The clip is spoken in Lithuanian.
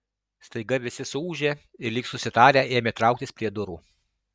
staiga visi suūžė ir lyg susitarę ėmė trauktis prie durų